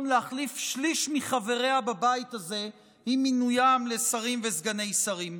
להחליף שליש מחבריה בבית הזה עם מינוים לשרים וסגני שרים.